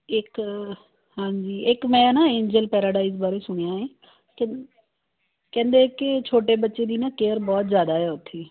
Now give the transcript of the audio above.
ਇੱਕ ਹਾਂਜੀ ਇੱਕ ਮੈਂ ਨਾ ਇੰਜਲ ਪੈਰਾਡਾਈਜ ਬਾਰੇ ਸੁਣਿਆ ਹੈ ਕਹਿੰ ਕਹਿੰਦੇ ਕਿ ਛੋਟੇ ਬੱਚੇ ਦੀ ਨਾ ਕੇਅਰ ਬਹੁਤ ਜ਼ਿਆਦਾ ਹੈ ਉੱਥੇ